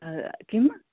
किम्